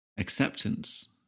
acceptance